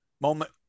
Moment